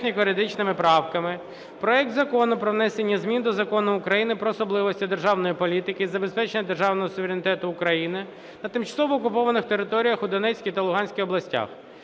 проект Закону про внесення змін до Закону України "Про особливості державної політики із забезпечення державного суверенітету України на тимчасово окупованих територіях у Донецькій та Луганській областях"